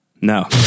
No